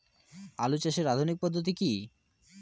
আলু চাষের আধুনিক পদ্ধতি কি?